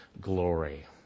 glory